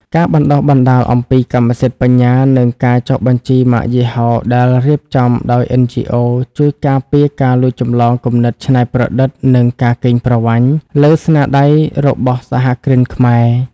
ការបណ្ដុះបណ្ដាលអំពីកម្មសិទ្ធិបញ្ញា និងការចុះបញ្ជីម៉ាកយីហោដែលរៀបចំដោយ NGOs ជួយការពារការលួចចម្លងគំនិតច្នៃប្រឌិត និងការកេងប្រវ័ញ្ចលើស្នាដៃរបស់សហគ្រិនខ្មែរ។